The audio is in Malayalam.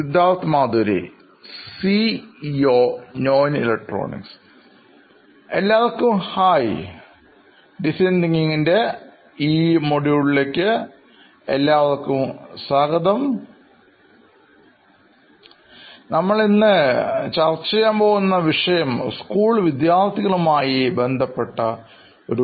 സിദ്ധാർത്ഥ് മാധുരി സിഇഒ നോയിൻ ഇലക്ട്രോണിക്സ് എല്ലാവർക്കും ഹായ് നമ്മൾ ഇന്ന് ചെയ്യാൻ ശ്രമിക്കുന്നത് ഡിസൈൻ തിങ്കിംഗ് എന്ന ആശയത്തിലൂടെ ഒരു കേസ് പഠനം നടത്തുകയാണ്